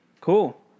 cool